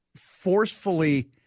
forcefully –